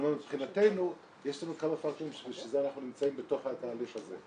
מבחינתנו יש לנו כמה פקטורים שבשביל זה אנחנו נמצאים בתוך התהליך הזה.